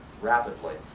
rapidly